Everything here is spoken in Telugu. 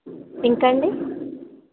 ఇంకా అండి